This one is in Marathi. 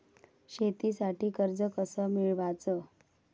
शेतीसाठी कर्ज कस मिळवाच?